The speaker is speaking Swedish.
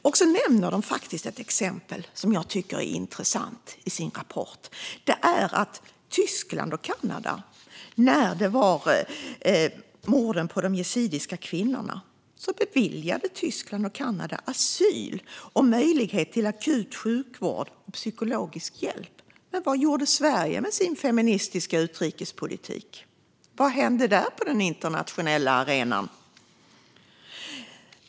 ICRW nämner ett exempel i rapporten som jag tycker är intressant, nämligen att Tyskland och Kanada i samband med morden på de yazidiska kvinnorna beviljade asyl och möjlighet till akut sjukvård och psykologisk hjälp. Men vad gjorde Sverige med sin feministiska utrikespolitik? Vad hände där på den internationella arenan?